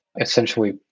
essentially